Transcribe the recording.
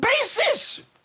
basis